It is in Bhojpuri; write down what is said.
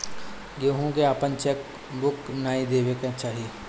केहू के आपन चेक बुक नाइ देवे के चाही